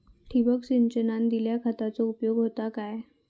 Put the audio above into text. ठिबक सिंचनान दिल्या खतांचो उपयोग होता काय?